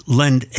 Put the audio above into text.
lend